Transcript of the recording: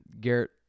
Garrett